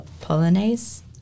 Polonaise